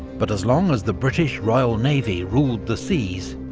but as long as the british royal navy ruled the seas,